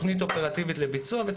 תוכנית אופרטיבית לביצוע.